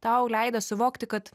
tau leido suvokti kad